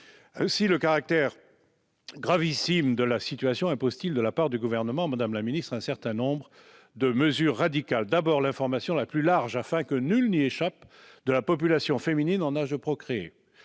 Aussi le caractère gravissime de la situation impose-t-il de la part du Gouvernement, madame la secrétaire d'État, un certain nombre de mesures radicales. D'abord, il faut procéder à l'information la plus large, afin que nul n'y échappe, de la population féminine en âge de procréer,